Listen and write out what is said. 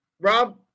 Rob